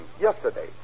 Yesterday